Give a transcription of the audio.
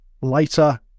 lighter